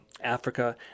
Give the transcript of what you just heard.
africa